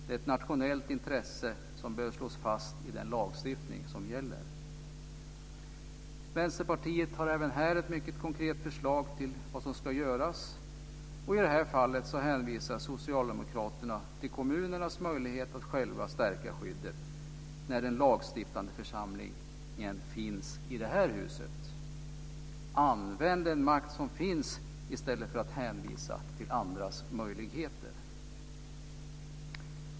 Det är ett nationellt intresse som behöver slås fast i den lagstiftning som gäller. Vänsterpartiet har även här ett mycket konkret förslag till vad som ska göras. I det här fallet hänvisar socialdemokraterna till kommunernas möjlighet att själva stärka skyddet, när den lagstiftande församlingen finns i det här huset. Använd den makt som finns i stället för att hänvisa till andras möjligheter!